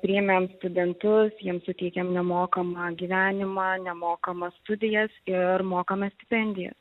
priėmėm studentus jiem suteikėm nemokamą gyvenimą nemokamas studijas ir mokame stipendijas